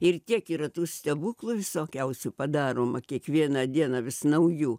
ir tiek yra tų stebuklų visokiausių padaroma kiekvieną dieną vis naujų